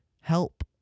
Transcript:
help